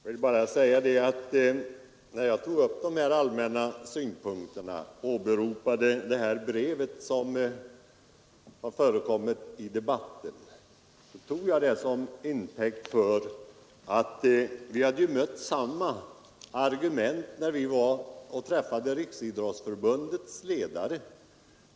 Herr talman! När jag tog upp de allmänna synpunkterna och åberopade det brev som förekommit i debatten, gjorde jag det bl.a. därför att vi hade mött samma argument när vi träffade Riksidrottsförbundets ledare.